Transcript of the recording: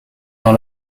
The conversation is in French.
dans